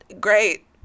great